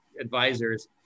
advisors